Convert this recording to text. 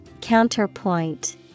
Counterpoint